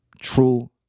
True